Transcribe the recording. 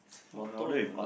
motto in life